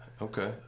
Okay